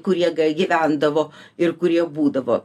kurie gyvendavo ir kurie būdavo